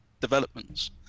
developments